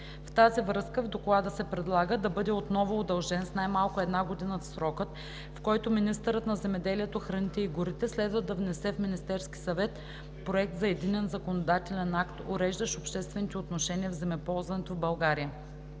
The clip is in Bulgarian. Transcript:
В тази връзка в Доклада се предлага да бъде отново удължен с най-малко една година срокът, в който министърът на земеделието, храните и горите следва да внесе в Министерския съвет проект на единен законодателен акт, уреждащ обществените отношения в земеползването в България.